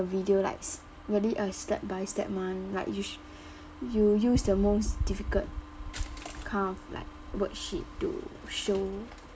video like s~ really a step by step one like you sh~ you use the most difficult kind of like worksheet to show